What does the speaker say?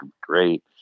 great